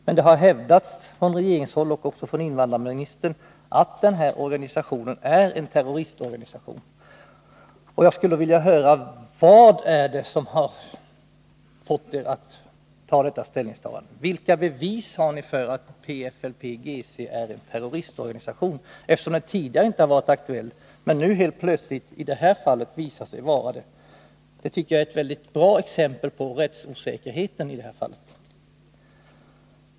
Men det har hävdats från regeringens håll — även av invandrarministern — att denna organisation är en terroristorganisation. Jag skulle vilja höra: Vad har fått er till detta ställningstagande? Vilka bevis har ni för att PFLP-GC är en terroristorganisation? Tidigare har den inte varit aktuell som sådan, men helt plötsligt i det här fallet har den visat sig vara det. Det tycker jag är ett mycket bra exempel på rättsosäkerheten i det här fallet.